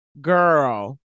Girl